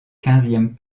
quinzième